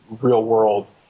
real-world